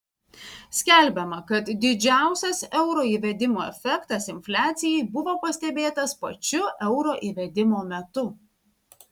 skelbiama kad didžiausias euro įvedimo efektas infliacijai buvo pastebėtas pačiu euro įvedimo metu